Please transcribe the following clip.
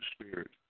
Spirit